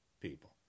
people